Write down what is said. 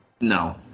No